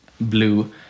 blue